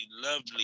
lovely